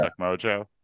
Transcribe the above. mojo